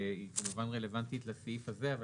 שהיא כמובן רלוונטית לסעיף הזה אבל